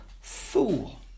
fool